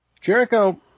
Jericho